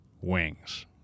wings